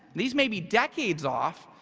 these may be decades off,